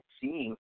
seeing